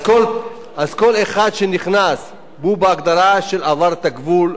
כל אחד שנכנס והוא בהגדרה של עבר את הגבול,